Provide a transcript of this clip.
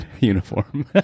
uniform